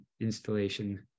installation